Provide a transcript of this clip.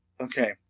Okay